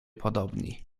podobni